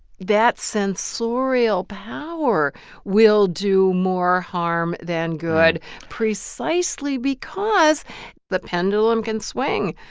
that censorial power will do more harm than good precisely because the pendulum can swing.